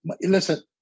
listen